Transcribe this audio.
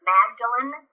Magdalene